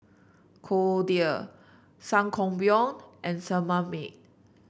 Kordel Sangobion and Sebamed